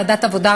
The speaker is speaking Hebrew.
ועדת העבודה,